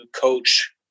coach